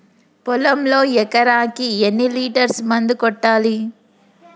పొలంలో ఎకరాకి ఎన్ని లీటర్స్ మందు కొట్టాలి?